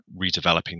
redeveloping